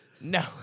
No